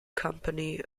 company